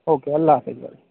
okay اللہ حافظ بھائی